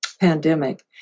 pandemic